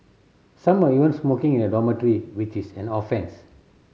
some were even smoking in the dormitory which is an offence